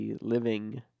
living